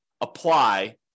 apply